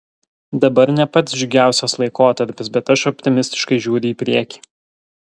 dabar ne pats džiugiausias laikotarpis bet aš optimistiškai žiūriu į priekį